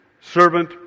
servant